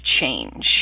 change